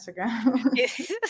Instagram